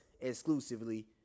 exclusively